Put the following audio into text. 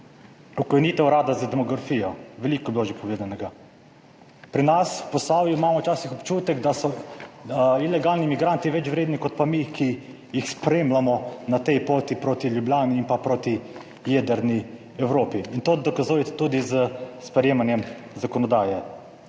Ukinitev Urada za demografijo – veliko je bilo že povedanega. Pri nas v Posavju imamo včasih občutek, da so ilegalni migranti več vredni kot pa mi, ki jih spremljamo na tej poti proti Ljubljani in proti jedrni Evropi. To dokazujete tudi s sprejemanjem zakonodaje.